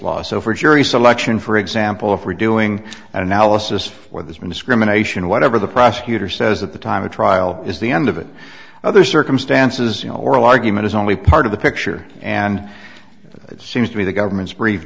law so for jury selection for example if we're doing an analysis where there's been discrimination whatever the prosecutor says at the time a trial is the end of it other circumstances you know oral argument is only part of the picture and it seems to me the government's brief